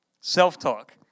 Self-talk